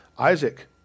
Isaac